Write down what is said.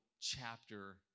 chapter